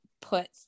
put